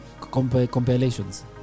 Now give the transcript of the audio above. compilations